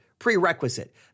prerequisite